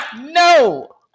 No